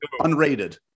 unrated